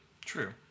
true